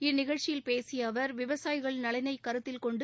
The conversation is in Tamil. இந்நிகழ்ச்சியில் பேசிய அவர் விவசாயிகள் நலனை கருத்தில்கொண்டு